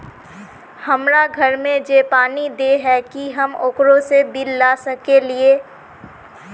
हमरा घर में जे पानी दे है की हम ओकरो से बिल ला सके हिये?